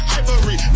ivory